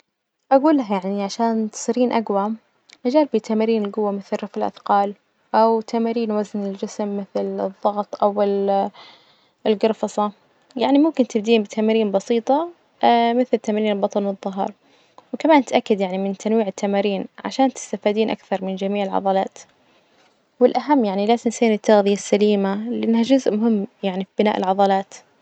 أجول لها يعني عشان تصيرين أجوى جربي تمارين الجوة مثل رفع الأثقال أو تمارين وزن الجسم مثل الظغط أو ال- الجرفصة، يعني ممكن تبدين بتمارين بسيطة مثل تمارين البطن والظهر، وكمان تتأكد يعني من تنويع التمارين عشان تستفادين أكثر من جميع العضلات، والأهم يعني لا تنسين التغذية السليمة لإنها جزء مهم يعني في بناء العضلات.